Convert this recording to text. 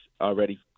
already